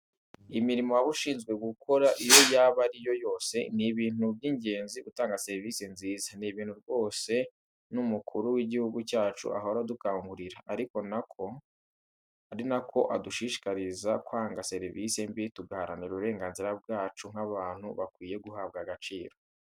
Imirimo waba ushinzwe gukora iyo yaba ariyo yose, ni ibintu ingenzi gutanga serivisi nziza, ni ibintu rwose n'umukuru w'igihugu cyacu ahora adukangurira, ari nako adushishikariza kwanga serivisi mbi, tugaharanira uburenganzira bwacu nk'abantu bakwiye guhabwa agaciro.